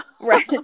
right